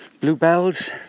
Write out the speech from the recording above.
bluebells